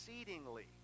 exceedingly